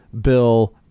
Bill